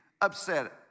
upset